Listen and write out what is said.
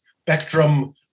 spectrum